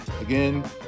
Again